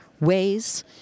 ways